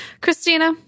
Christina